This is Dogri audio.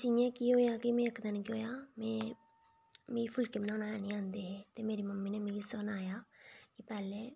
जि'यां की इक्क दिन केह् होया की केह् होआ कि में मिगी फुल्के बनाना हैनी आंदे हे ते मेरी मम्मी नै मिगी सनाया कि पैह्लें